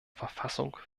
verfassung